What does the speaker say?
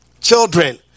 children